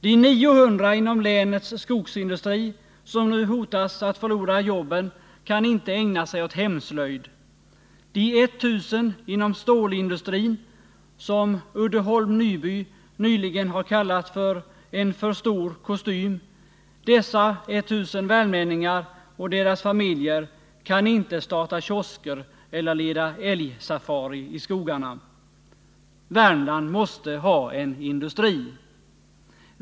De 900 inom länets skogsindustri som nu hotas att förlora jobben kan inte ägna sig åt hemslöjd, de 1000 inom stålindustrin som Uddeholm-Nyby nyligen har kallat för en för stor kostym, dessa värmlänningar och deras familjer kan inte starta kiosker eller leda älgsafari i skogarna. Värmland måste ha en industri!